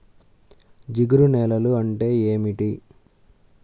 జిగురు నేలలు అంటే ఏమిటీ?